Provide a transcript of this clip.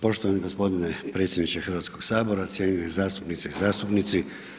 Poštovani gospodine predsjedniče Hrvatskog sabora, cijenjene zastupnice i zastupnici.